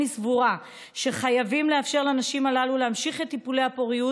אני סבורה שחייבים לאפשר לנשים הללו להמשיך את טיפולי הפוריות.